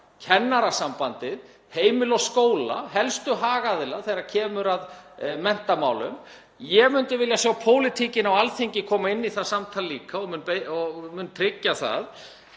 Kennarasambandið, Heimili og skóla, helstu hagaðila þegar kemur að menntamálum. Ég myndi vilja sjá pólitíkina á Alþingi koma inn í það samtal líka og mun tryggja það